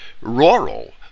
rural